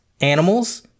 Animals